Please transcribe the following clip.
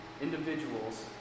individuals